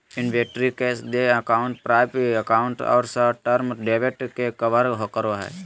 inventory cash देय account प्राप्य account और शॉर्ट टर्म डेब्ट के कवर करो हइ